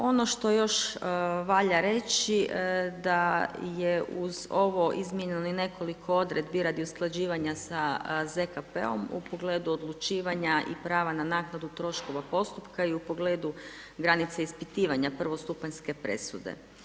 Ono što još valja reći da uz ovo, izmijenjeno nekoliko odredbi radi usklađivanja sa ZKP-om u pogledu odlučivanja i prava na naknadu troškova postupka i u pogledu granica ispitivanja prvostupanjske presude.